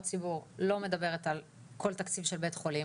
ציבור לא מדברת על כל תקציב של בית חולים.